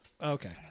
Okay